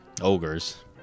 ogres